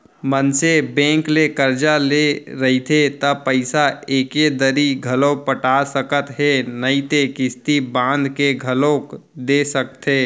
मनसे बेंक ले करजा ले रहिथे त पइसा एके दरी घलौ पटा सकत हे नइते किस्ती बांध के घलोक दे सकथे